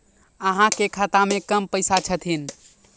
अहाँ के खाता मे कम पैसा छथिन?